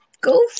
Go